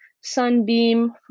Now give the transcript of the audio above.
Sunbeam